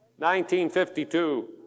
1952